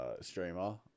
Streamer